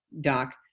doc